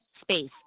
space